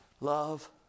love